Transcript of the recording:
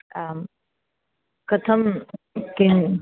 आं कथं किं